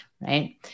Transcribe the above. right